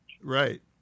Right